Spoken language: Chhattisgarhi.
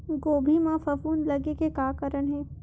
गोभी म फफूंद लगे के का कारण हे?